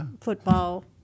football